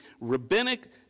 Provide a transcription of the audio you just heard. rabbinic